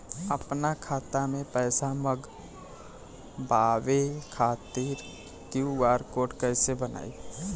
आपन खाता मे पैसा मँगबावे खातिर क्यू.आर कोड कैसे बनाएम?